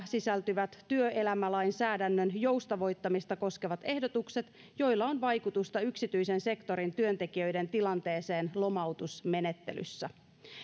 sisältyvät työelämälainsäädännön joustavoittamista koskevat ehdotukset joilla on vaikutusta yksityisen sektorin työntekijöiden tilanteeseen lomautusmenettelyssä